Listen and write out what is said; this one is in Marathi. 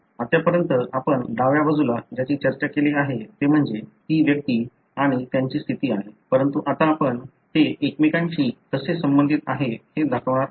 आतापर्यंत आपण डाव्या बाजूला ज्याची चर्चा केली आहे ते म्हणजे ती व्यक्ती आणि त्यांची स्थिती आहे परंतु आता आपण ते एकमेकांशी कसे संबंधित आहे हे दाखवणार आहोत